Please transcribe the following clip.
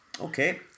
Okay